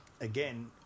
again